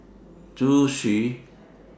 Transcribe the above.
Zhu Xu